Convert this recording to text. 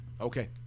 Okay